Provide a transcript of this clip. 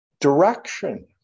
direction